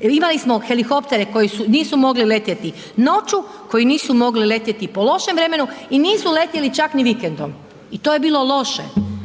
imali smo helikoptere koji nisu mogli letjeti noću, koji nisu mogli letjeti po lošem vremenu i nisu letjeli čak ni vikendom. I to je bilo loše,